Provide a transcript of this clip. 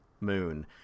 Moon